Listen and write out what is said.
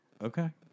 Okay